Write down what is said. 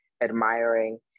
admiring